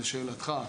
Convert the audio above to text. לשאלתך,